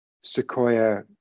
Sequoia